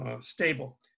stable